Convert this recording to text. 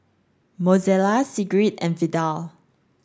Mozella Sigrid and Vidal